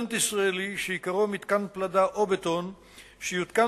פטנט ישראלי שעיקרו מתקן פלדה או בטון שיותקן